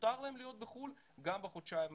מותר להם להיות בחו"ל גם בחודשיים האלה.